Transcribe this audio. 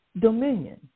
dominion